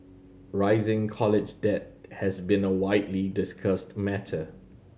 rising college debt has been a widely discussed matter